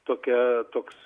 tokia toks